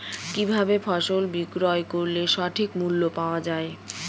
কি ভাবে ফসল বিক্রয় করলে সঠিক মূল্য পাওয়া য়ায়?